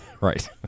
Right